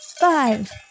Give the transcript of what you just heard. five